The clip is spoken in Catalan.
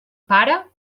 pare